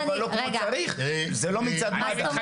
אבל לא כמו שצריך זה לא מצד מד"א.